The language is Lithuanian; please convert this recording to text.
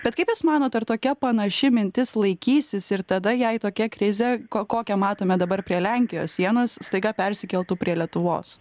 bet kaip jūs manot ar tokia panaši mintis laikysis ir tada jei tokia krizė ko kokią matome dabar prie lenkijos sienos staiga persikeltų prie lietuvos